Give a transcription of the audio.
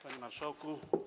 Panie Marszałku!